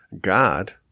God